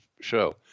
show